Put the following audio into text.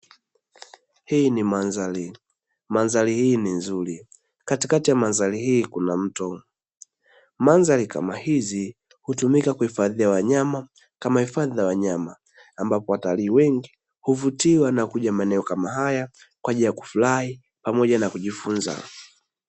Hii ni mandhari, mandhari hii ni nzuri; katikati ya mandhari hii kuna mto. Mandhari kama hizi hutumika kuhifadhia wanyama kama hifadhi za wanyama, ambapo watalii wengi huvutiwa na kuja maeneo kama haya kwa ajili ya kufurahi pamoja na kujifunza.